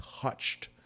touched